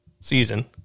season